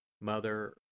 Mother